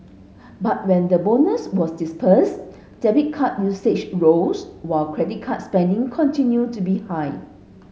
but when the bonus was disbursed debit card usage rose while credit card spending continued to be high